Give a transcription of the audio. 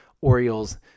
Orioles –